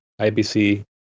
ibc